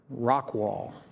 Rockwall